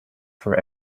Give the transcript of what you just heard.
for